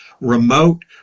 remote